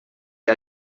que